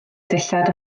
dillad